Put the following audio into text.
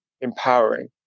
empowering